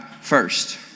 first